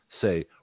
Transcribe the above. say